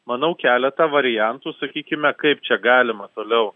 manau keletą variantų sakykime kaip čia galima toliau